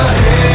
hey